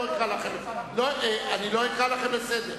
לא אקרא לכם לסדר.